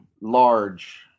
large